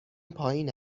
پایین